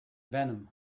venom